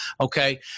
Okay